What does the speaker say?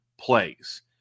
plays